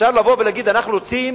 אפשר לבוא ולהגיד: אנחנו רוצים